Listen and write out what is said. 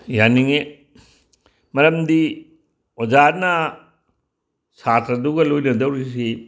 ꯌꯥꯅꯤꯡꯉꯤ ꯃꯔꯝꯗꯤ ꯑꯣꯖꯥꯅ ꯁꯥꯇ꯭ꯔꯗꯨꯒ ꯂꯣꯏꯅꯗꯧꯔꯤꯁꯤ